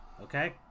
okay